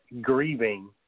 grieving